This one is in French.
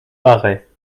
paraît